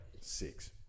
six